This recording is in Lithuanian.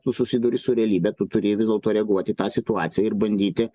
tu susiduri su realybe tu turi vis dėlto reaguoti į tą situaciją ir bandyti